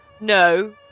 No